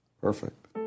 Perfect